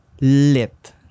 lit